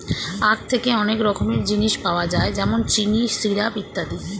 আখ থেকে অনেক রকমের জিনিস পাওয়া যায় যেমন চিনি, সিরাপ ইত্যাদি